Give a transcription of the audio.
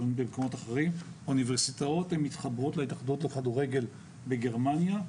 במקומות אחרים אוניברסיטאות מתחברות להתאחדויות לכדורגל בגרמניה,